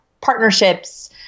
partnerships